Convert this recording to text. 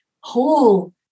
whole